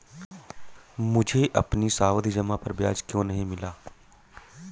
मुझे अपनी सावधि जमा पर ब्याज क्यो नहीं मिला?